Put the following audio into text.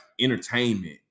entertainment